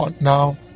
now